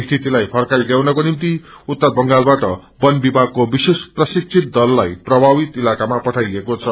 सितिलाई फर्काई ल्याउनको निभ्ति उत्तर बंगालबाट वन विभागको विशेष प्रशिकित दललाई प्रभावित इलाकामा पठाइएको छ